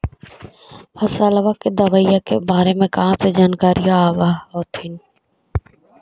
फसलबा के दबायें के बारे मे कहा जानकारीया आब होतीन?